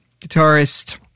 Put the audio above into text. guitarist